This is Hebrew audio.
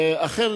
ואכן,